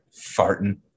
farting